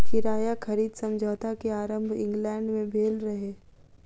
किराया खरीद समझौता के आरम्भ इंग्लैंड में भेल रहे